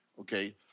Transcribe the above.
okay